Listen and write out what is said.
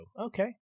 okay